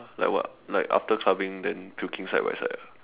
like what like after clubbing then puking side by side ah